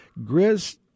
Grizz